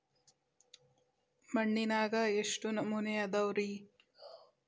ಮಣ್ಣಿನಾಗ ಎಷ್ಟು ನಮೂನೆ ಅದಾವ ರಿ?